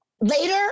Later